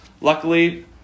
Luckily